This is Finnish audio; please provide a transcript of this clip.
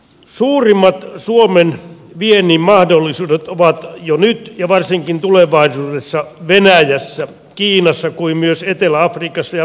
suurimmat suomen viennin mahdollisuudet ovat jo nyt ja varsinkin tulevaisuudessa venäjällä kiinassa kuin myös etelä afrikassa ja brasiliassa